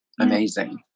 amazing